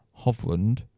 Hovland